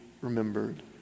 remembered